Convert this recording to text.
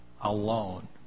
alone